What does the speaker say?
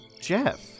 Jeff